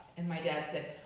and my dad said,